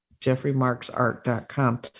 JeffreyMarksArt.com